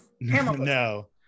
No